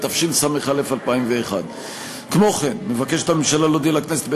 התשס"א 2001. כמו כן מבקשת הממשלה להודיע לכנסת,